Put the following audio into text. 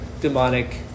demonic